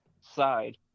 side